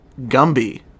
Gumby